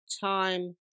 time